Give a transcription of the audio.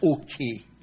okay